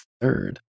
third